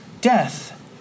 Death